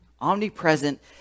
Omnipresent